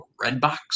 Redbox